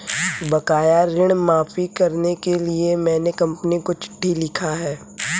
बकाया ऋण माफी के लिए मैने कंपनी को चिट्ठी लिखा है